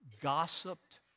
gossiped